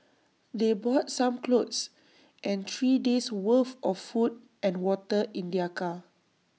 they brought some clothes and three days' worth of food and water in their car